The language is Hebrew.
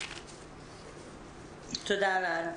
תודה לרה.